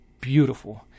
beautiful